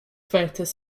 theaters